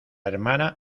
hermana